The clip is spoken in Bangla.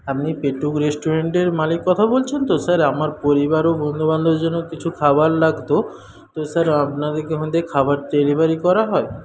আপনি পেটুক রেস্টুরেন্টের মালিক কথা বলছেন তো স্যার আমার পরিবার ও বন্ধুবান্ধবের জন্য কিছু খাবার লাগতো তো স্যার আপনাদের কি ওখান থেকে খাবার ডেলিভারি করা হয়